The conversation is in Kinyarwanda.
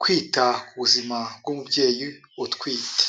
kwita ku buzima bw'umubyeyi utwite.